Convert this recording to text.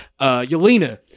Yelena